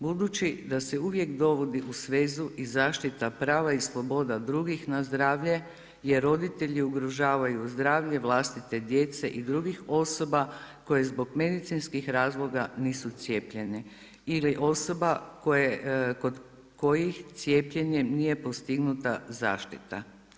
Budući da se uvijek dovodi u svezu i zaštita prava i sloboda drugih na zdravlje jer roditelji ugrožavaju zdravlje vlastite djece i drugih osoba koje zbog medicinskih razloga nisu cijepljeni, ili osoba kod kojih cijepljenjem nije postignuta zaštita.